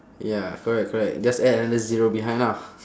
ya correct correct just add another zero behind ah